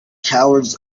cowards